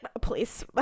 please